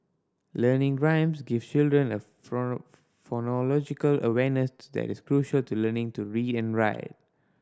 learning rhymes give children a phonological awareness that is crucial to learning to read and write